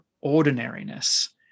ordinariness